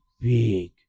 big